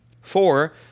Four